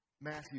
Matthew